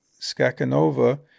Skakanova